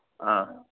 ꯑꯥ